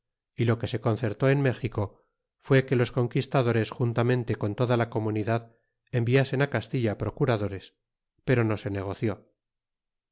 y lo que se concertó en méxico fué que los conquistadores juntamente con toda la comunidad enviasen castilla procuradores pero no se negoció